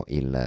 il